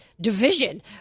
division